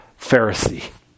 Pharisee